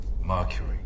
Mercury